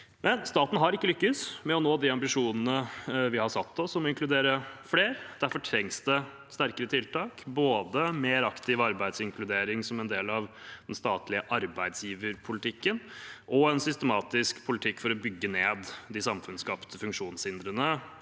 Staten har ikke lykkes med å nå de ambisjonene vi har satt oss om å inkludere flere. Derfor trengs det sterkere tiltak – både mer aktiv arbeidsinkludering som en del av den statlige arbeidsgiverpolitikken og en systematisk politikk for å bygge ned de samfunnsskapte funksjonshindrene